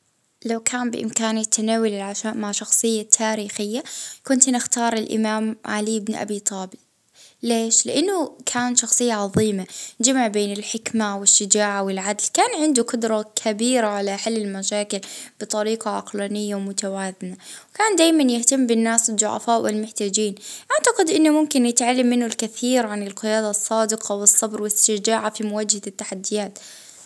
اه نحب نتلاجى مع ابن خلدون، وباش نعرف اه كيف طريقة تفكيره ونفهم فلسفته.